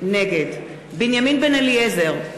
נגד בנימין בן-אליעזר,